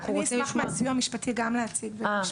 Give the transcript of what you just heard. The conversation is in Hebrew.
כי אנחנו רוצים לשמוע --- אני אשמח מהסיוע המשפטי גם להציג במשפט.